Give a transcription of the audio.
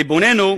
ריבוננו,